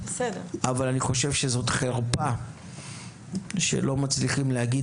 אבל אני חושב שזו חרפה שלא מצליחים להגיד